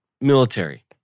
military